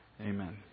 amen